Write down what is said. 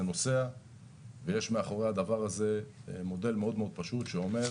זה נוסע ויש מאחורי הדבר הזה מודל מאוד מאוד פשוט שאומר